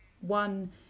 one